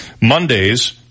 Mondays